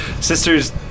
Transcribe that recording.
Sisters